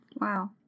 Wow